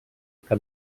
que